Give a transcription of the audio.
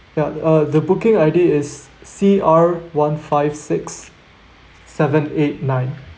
ya uh the booking I_D is C R one five six seven eight nine